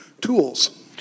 tools